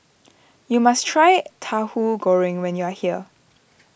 you must try Tahu Goreng when you are here